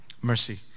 mercy